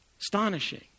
astonishing